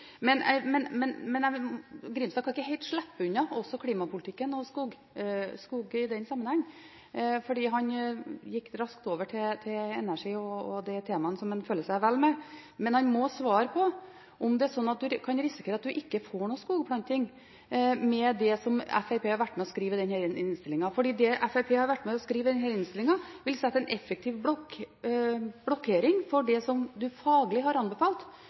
Men representanten Grimstad kan ikke helt slippe unna klimapolitikk og skog i den sammenhengen. Han gikk raskt over til energi og de temaene som han føler seg vel med, men han må svare på om det er sånn at man kan risikere ikke å få noen skogplanting med det som Fremskrittspartiet har vært med på å skrive i denne innstillingen. Det Fremskrittspartiet har vært med på å skrive i innstillingen, vil sette en effektiv blokkering for det man faglig har anbefalt